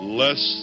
less